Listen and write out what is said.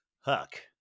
Huck